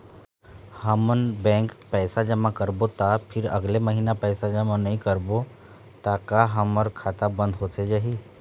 हमन बैंक पैसा जमा करबो ता फिर अगले महीना पैसा जमा नई करबो ता का हमर खाता बंद होथे जाही?